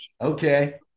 Okay